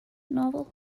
novel